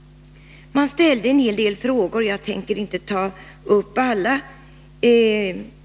Man ställde en hel del frågor, och jag tänker inte ta upp alla.